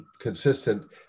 consistent